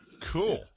Cool